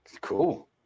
Cool